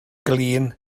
glin